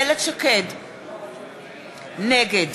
נגד